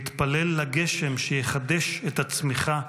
והתפלל לגשם שיחדש את הצמיחה.